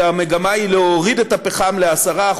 והמגמה היא להוריד את הפחם ל-10%,